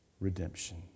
redemption